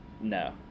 No